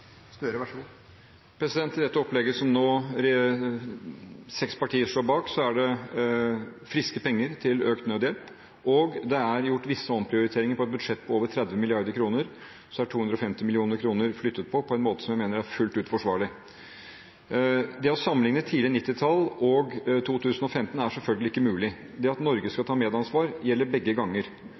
I dette opplegget, som nå seks partier står bak, er det friske penger til økt nødhjelp, og det er gjort visse omprioriteringer i et budsjett på over 30 mrd. kr. 250 mill. kr er flyttet på på en måte som jeg mener er fullt ut forsvarlig. Det å sammenligne tidlig 1990-tall og 2015 er selvfølgelig ikke mulig. Det at Norge skal ta medansvar, gjelder begge ganger.